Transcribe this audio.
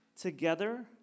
together